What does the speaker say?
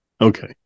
Okay